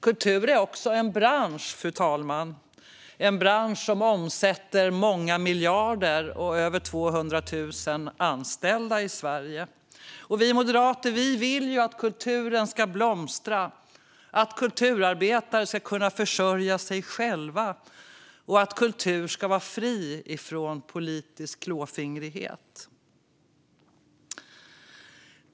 Kultur är också en bransch, fru talman, som omsätter många miljarder och har över 200 000 anställda i Sverige. Vi moderater vill att kulturen ska blomstra, att kulturarbetare ska kunna försörja sig själva och att kultur ska vara fri från politisk klåfingrighet.